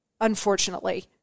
unfortunately